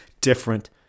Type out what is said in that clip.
different